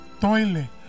toilet